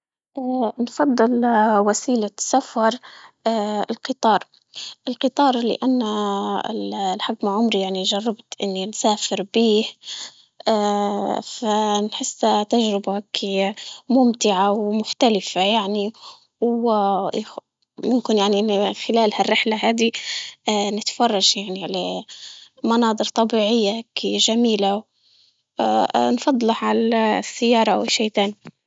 اه نفضل وسيلة سفر اه القطار، القطار اللي عنا لحد ما عمري يعني جربت إني نسافر بيه، اه نحس تجربة كيه ممتعة ومختلفة يعني ممكن يعني خلال رحلة هذي اه نتفرج يعني على مناظر طبيعية جميلة.، اه اه نفضلها على السيارة أو.